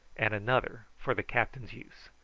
and another for the captain's use.